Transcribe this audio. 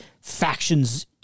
factions